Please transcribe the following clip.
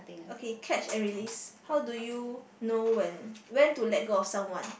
okay catch and release how do you know when when to let go of someone